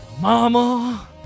Mama